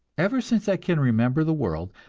ever since i can remember the world,